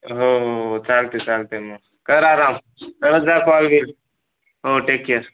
हो हो हो चालते चालते मग कर आराम करत जा कॉल घिल हो टेक केअर